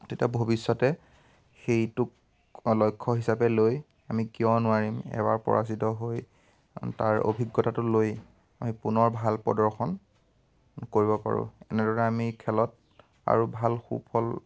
তেতিয়া ভৱিষ্যতে সেইটোক লক্ষ্য হিচাপে লৈ আমি কিয় নোৱাৰিম এবাৰ পৰাজিত হৈ তাৰ অভিজ্ঞতাটো লৈ আমি পুনৰ ভাল প্ৰদৰ্শন কৰিব পাৰোঁ এনেদৰে আমি খেলত আৰু ভাল সুফল